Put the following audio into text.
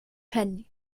penny